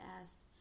asked